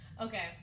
Okay